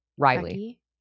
riley